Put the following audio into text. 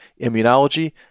immunology